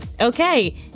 Okay